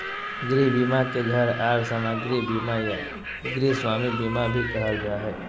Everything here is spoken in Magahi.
गृह बीमा के घर आर सामाग्री बीमा या गृहस्वामी बीमा भी कहल जा हय